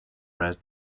red